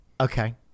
Okay